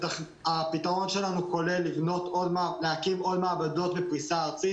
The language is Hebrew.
הפתרון שלנו כולל הקמת עוד מעבדות בפריסה ארצית